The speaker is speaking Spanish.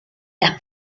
las